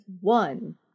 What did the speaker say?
one